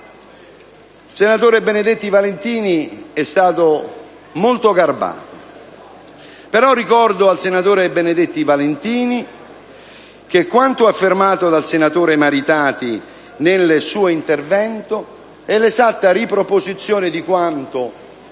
Il senatore Benedetti Valentini è stato molto garbato: gli ricordo però che quanto affermato dal senatore Maritati nel suo intervento è l'esatta riproposizione di quanto,